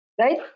right